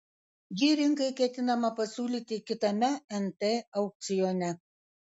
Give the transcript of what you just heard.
jį rinkai ketinama pasiūlyti kitame nt aukcione